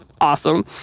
awesome